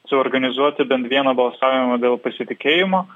suorganizuoti bent vieną balsavimą dėl pasitikėjimo